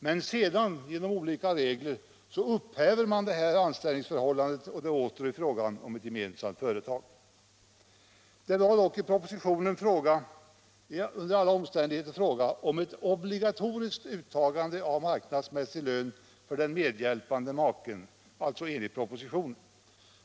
Men genom olika regler upphäver man sedan det här anställningsförhållandet, varefter det åter blir fråga om ett gemensamt företag. Under alla omständigheter gällde det dock i propositionen ett obligatoriskt uttagande av marknadsmässig lön för den medhjälpande maken.